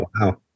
Wow